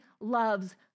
loves